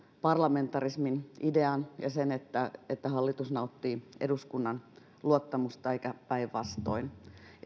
parlamentarismin idean ja sen että että hallitus nauttii eduskunnan luottamusta eikä päinvastoin